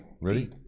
Ready